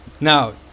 Now